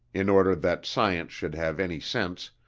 in order that science should have any sense,